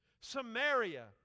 Samaria